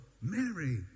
Mary